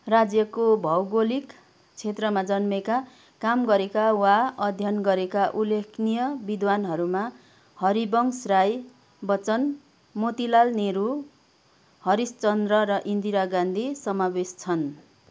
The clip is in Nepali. राज्यको भौगोलिक क्षेत्रमा जन्मेका काम गरेका वा अध्ययन गरेका उल्लेखनीय विद्वानहरूमा हरिवंश राई बच्चन मोतीलाल नेहरू हरिशचन्द्र र इन्दिरा गान्धी समावेश छन्